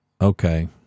okay